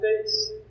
face